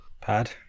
Pad